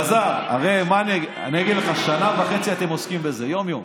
אלעזר, שנה וחצי אתם עוסקים בזה יום-יום,